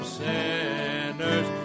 sinners